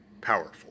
powerful